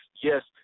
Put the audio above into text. Yes